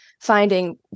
finding